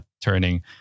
turning